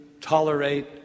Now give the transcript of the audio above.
tolerate